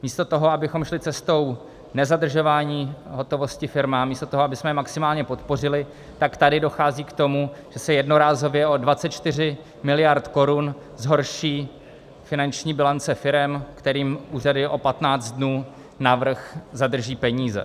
Místo toho, abychom šli cestou nezadržování hotovosti firmám, místo toho, abychom je maximálně podpořili, tak tady dochází k tomu, že se jednorázově o 24 miliard korun zhorší finanční bilance firem, kterým úřady o 15 dnů navrch zadrží peníze.